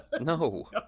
No